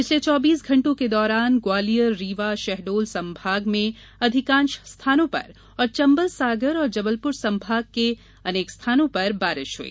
पिछले चौबीस घण्टों के दौरान ग्वालियर रीवा शहडोल संभागों के जिलों में अधिकांश स्थानों पर और चंबल सागर और जबलपुर संभागों के अनेक स्थानों पर बारिश हुई